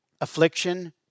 affliction